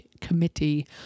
Committee